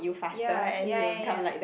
ya ya ya ya